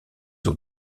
eaux